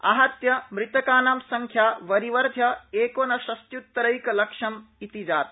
आहत्य मृतकानां संख्या वरिवर्ध्य एकोनषष्ट्यूतरक्लिक्षम् इति जाता